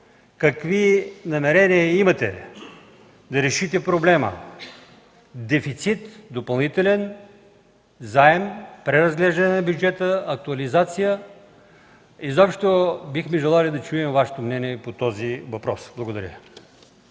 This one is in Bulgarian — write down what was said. какви намерения имате да решите проблема – допълнителен дефицит, заем, преразглеждане на бюджета, актуализация? Бихме желали да чуем Вашето мнение и по този въпрос. Благодаря